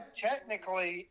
technically